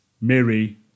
Mary